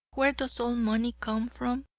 where does all money come from?